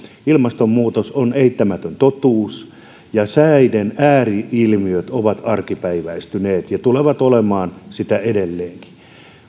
ilmastonmuutos on eittämätön totuus ja säiden ääri ilmiöt ovat arkipäiväistyneet ja niin tulee olemaan edelleenkin